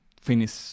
finish